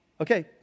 okay